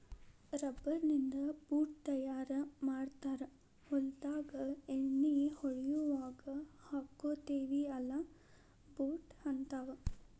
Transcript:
rubber ನಿಂದ boot ತಯಾರ ಮಾಡ್ತಾರ ಹೊಲದಾಗ ಎಣ್ಣಿ ಹೊಡಿಯುವಾಗ ಹಾಕ್ಕೊತೆವಿ ಅಲಾ ಬೂಟ ಹಂತಾವ